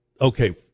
okay